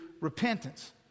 repentance